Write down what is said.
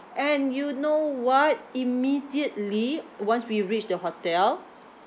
and you know what immediately once we reached the hotel